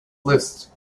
list